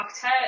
Octet